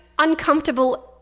uncomfortable